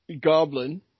goblin